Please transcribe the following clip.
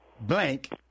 blank